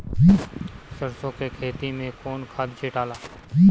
सरसो के खेती मे कौन खाद छिटाला?